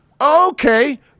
okay